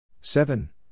seven